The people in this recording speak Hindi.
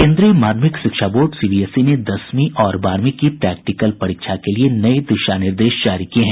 केन्द्रीय माध्यमिक शिक्षा बोर्ड सीबीएसई ने दसवीं और बारहवीं की प्रैक्टिकल परीक्षा के लिए नये दिशा निर्देश जारी किये हैं